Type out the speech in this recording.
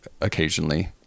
occasionally